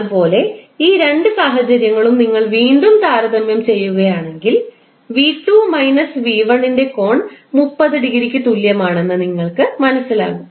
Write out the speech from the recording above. അതുപോലെ ഈ രണ്ട് സാഹചര്യങ്ങളും നിങ്ങൾ വീണ്ടും താരതമ്യം ചെയ്യുകയാണെങ്കിൽ 𝑣2 മൈനസ് 𝑣1 ന്റെ കോൺ 30 ഡിഗ്രിക്ക് തുല്യമാണെന്ന് നിങ്ങൾ മനസ്സിലാക്കും